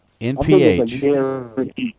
NPH